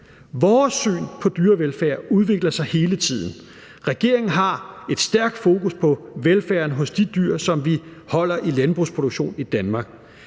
Vores syn på dyrevelfærd udvikler sig hele tiden. Regeringen har et stærkt fokus på velfærden hos de dyr, som vi holder i landbrugsproduktionen i Danmark.